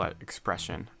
expression